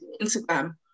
Instagram